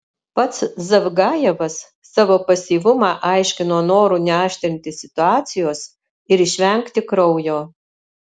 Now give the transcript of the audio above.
pats zavgajevas savo pasyvumą aiškino noru neaštrinti situacijos ir išvengti kraujo